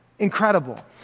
incredible